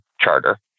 charter